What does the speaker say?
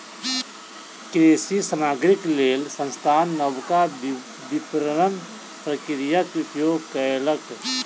कृषि सामग्रीक लेल संस्थान नबका विपरण प्रक्रियाक उपयोग कयलक